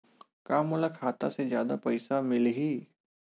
का मोला खाता से जादा पईसा मिलही?